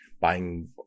buying